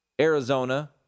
Arizona